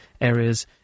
areas